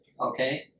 Okay